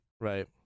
Right